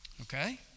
Okay